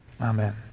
Amen